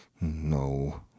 No